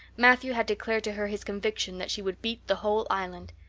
matthew had declared to her his conviction that she would beat the whole island.